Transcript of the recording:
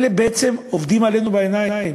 אלה בעצם עובדים עלינו בעיניים,